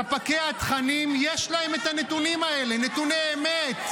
לספקי התכנים יש את הנתונים האלה, נתוני אמת.